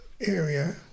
area